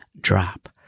drop